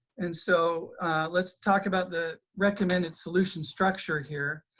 and so let's talk about the recommended solution structure here.